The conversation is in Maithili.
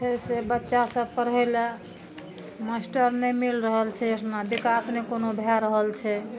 फेर से बच्चा सब पढ़ै लए मास्टर नहि मिल रहल छै ओतना विकास नहि कोनो भए रहल छै